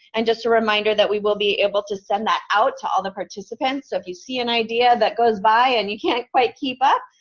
and just a reminder that we will be able to send that out to all the participants, so if you see an idea that goes by and you can't quite keep up,